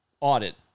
audit